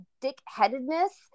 dick-headedness